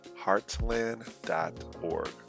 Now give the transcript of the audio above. heartland.org